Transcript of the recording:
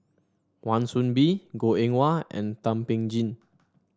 Wan Soon Bee Goh Eng Wah and Thum Ping Tjin